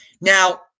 Now